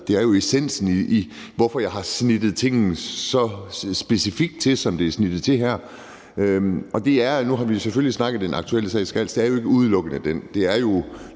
Det er jo essensen i, hvorfor jeg har snittet tingene så specifikt til, som de er snittet til her, og nu har vi selvfølgelig snakket om den aktuelle sag i Skals, men det er jo ikke udelukkende den.